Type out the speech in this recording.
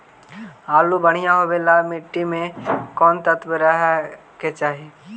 आलु बढ़िया होबे ल मट्टी में कोन तत्त्व रहे के चाही?